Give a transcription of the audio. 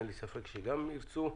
אין ספק שגם הם ירצו.